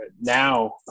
now